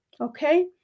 okay